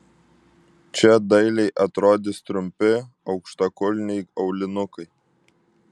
čia dailiai atrodys trumpi aukštakulniai aulinukai